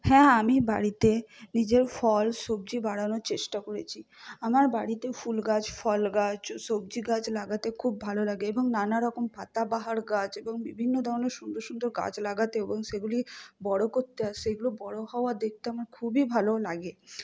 হ্যাঁ আমি বাড়িতে নিজের ফল সবজি বানানোর চেষ্টা করছি আমার বাড়িতে ফুল গাছ ফল গাছ সবজি গাছ লাগাতে খুব ভালো লাগে এবং নানা রকম পাতাবাহার গাছ এবং বিভিন্ন ধরণের সুন্দর সুন্দর গাছ লাগাতে এবং সেগুলি বড়ো করতে আর সেইগুলো বড়ো হওয়া দেখতে আমার খুবই ভালো লাগে